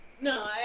No